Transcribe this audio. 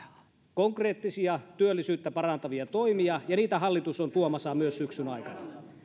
konkreettisia työllisyyttä parantavia toimia ja niitä hallitus on tuomassa myös syksyn aikana